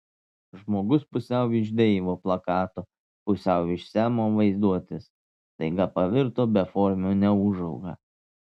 žmogus pusiau iš deivo plakato pusiau iš semo vaizduotės staiga pavirto beformiu neūžauga